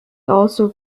also